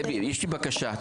יש לי בקשה.